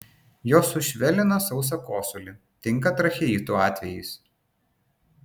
jos sušvelnina sausą kosulį tinka tracheitų atvejais